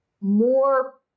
more